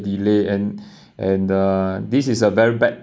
delay and and uh this is a very bad